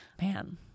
Man